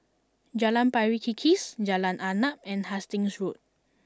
Jalan Pari Kikis Jalan Arnap and Hastings Road